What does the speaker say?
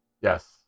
Yes